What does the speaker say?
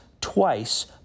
twice